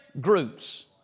groups